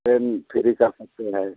train free कर सकते है